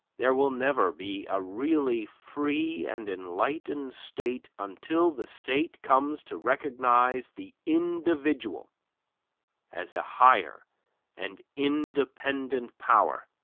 there will never be a really free and enlightened state until the state comes to recognize the individual as a higher and independent power,